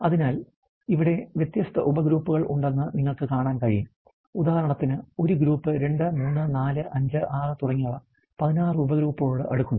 അതിനാൽ ഇവിടെ വ്യത്യസ്ത ഉപഗ്രൂപ്പുകൾ ഉണ്ടെന്ന് നിങ്ങൾക്ക് കാണാൻ കഴിയും ഉദാഹരണത്തിന് ഒരു ഉപഗ്രൂപ്പ് 2 3 4 5 6 തുടങ്ങിയവ 16 ഉപഗ്രൂപ്പുകളോട് അടുക്കുന്നു